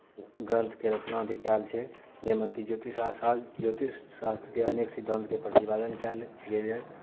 ग्रन्थके रचना भी कयल छै जाहिमे कि ज्योतिषशास्त्रके अनेक सिद्धान्तके प्रतिपादन कयल गेल यए